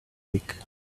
week